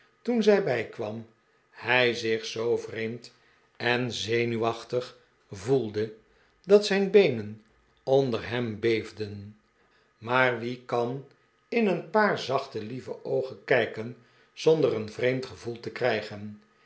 toen zij bijkwam hij zich zoo vreemd en zenuwachtig voelde dat zijn beenen onder hem beefden maar wie kan in een paar zachte lieve oogen kijken zonder een vreemd gevoel te krijgen